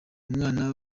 mwana